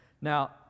Now